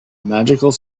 magic